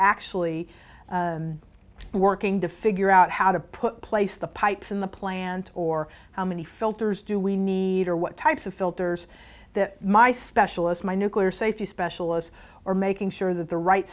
actually working to figure out how to put place the pipes in the plant or how many filters do we need or what types of filters that my specialist my nuclear safety specialist are making sure that the right